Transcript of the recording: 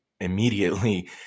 immediately